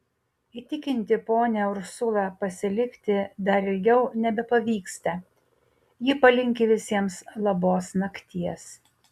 įtikinti ponią ursulą pasilikti dar ilgiau nebepavyksta ji palinki visiems labos nakties